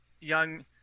young